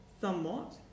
Somewhat